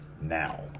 now